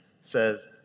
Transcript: says